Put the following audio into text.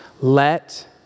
Let